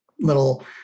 little